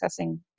accessing